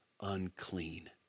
unclean